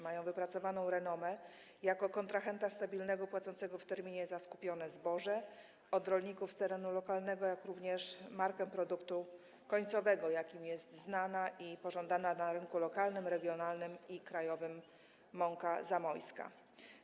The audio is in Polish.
Mają wypracowaną renomę kontrahenta stabilnego, płacącego w terminie za skupione zboże od rolników z terenu lokalnego, jak również markę produktu końcowego, jakim jest znana i pożądana na rynku lokalnym, regionalnym i krajowym mąka zamojska.